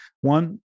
One